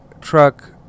truck